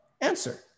Answer